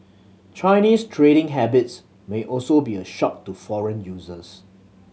Chinese trading habits may also be a shock to foreign users